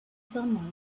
sunlight